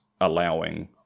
allowing